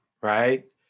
right